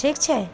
ठीक छै